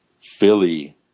Philly